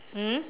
mm